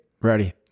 Ready